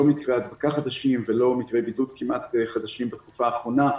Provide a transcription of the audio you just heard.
מקרי הדבקה חדשים ולא מקרי בידוד חדשים בתקופה האחרונה,